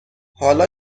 حالا